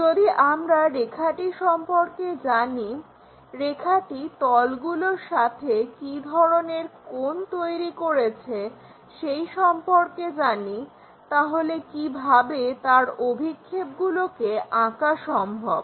যদি আমরা রেখাটি সম্পর্কে জানি রেখাটি তলগুলোর সাথে কি ধরনের কোণ তৈরি করেছে সেই সম্পর্কে জানি তাহলে কিভাবে তার অভিক্ষেপগুলোকে আঁকা সম্ভব